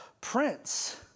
prince